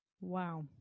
Wow